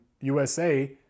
USA